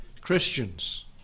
Christians